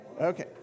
Okay